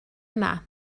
yma